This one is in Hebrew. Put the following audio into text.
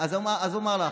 אז אומר לך,